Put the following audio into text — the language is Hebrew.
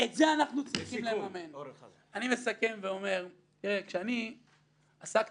אני רוצה שיהיה